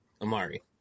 Amari